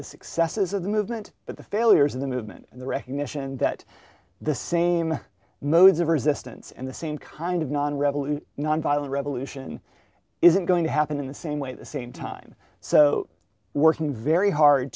the successes of the movement but the failures of the movement and the recognition that the same modes of resistance and the same kind of non revolution nonviolent revolution isn't going to happen in the same way the same time so working very hard